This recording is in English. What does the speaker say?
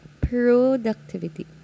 Productivity